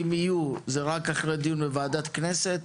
אם יהיו, זה רק אחרי דיון בוועדת הכנסת.